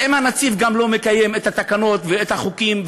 אז אם הנציב לא מקיים את התקנות ואת החוקים,